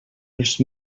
els